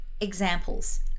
examples